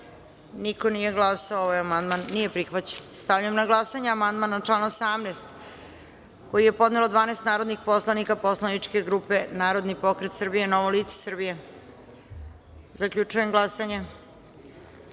niko nije glasao. Amandman nije prihvaćen. Stavljam na glasanje amandman na član 5. koji je podnelo 12 narodnih poslanika poslaničke grupe Narodni pokret Srbije – Novo lice Srbije. Zaključujem glasanje